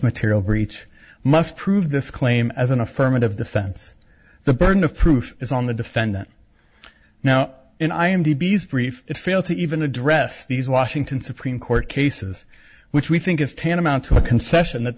material breach must prove this claim as an affirmative defense the burden of proof is on the defendant now in i am d b s brief it fail to even address these washington supreme court cases which we think is tantamount to a concession that